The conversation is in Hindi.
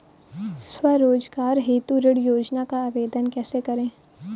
स्वरोजगार हेतु ऋण योजना का आवेदन कैसे करें?